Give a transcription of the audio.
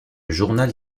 journal